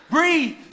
Breathe